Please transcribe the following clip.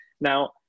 Now